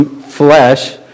flesh